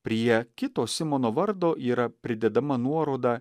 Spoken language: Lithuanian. prie kito simono vardo yra pridedama nuoroda